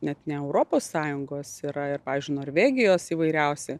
net ne europos sąjungos yra ir pavyzdžiui norvegijos įvairiausi